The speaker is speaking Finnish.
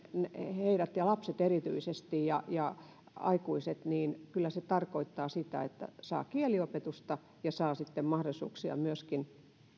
heidät ja lapset erityisesti ja ja aikuiset niin kyllä se tarkoittaa sitä että saa kieliopetusta ja saa sitten mahdollisuuksia myöskin